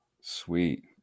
sweet